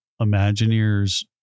Imagineers